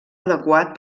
adequat